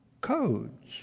codes